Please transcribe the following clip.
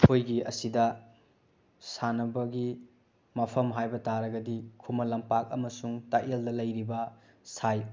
ꯑꯩꯈꯣꯏꯒꯤ ꯑꯁꯤꯗ ꯁꯥꯟꯅꯕꯒꯤ ꯃꯐꯝ ꯍꯥꯏꯕ ꯇꯥꯔꯒꯗꯤ ꯈꯨꯃꯟ ꯂꯝꯄꯥꯛ ꯑꯃꯁꯨꯡ ꯇꯥꯛꯌꯦꯜꯗ ꯂꯩꯔꯤꯕ ꯁꯥꯏ